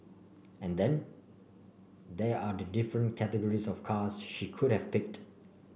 and then there are the different categories of cars she could have picked